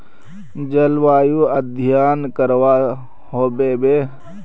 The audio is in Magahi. जलवायु अध्यन करवा होबे बे?